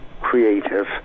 creative